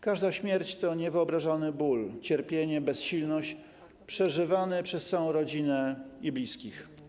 Każda śmierć to niewyobrażalny ból, cierpienie, bezsilność przeżywane przez całą rodzinę i bliskich.